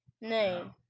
name